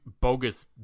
bogus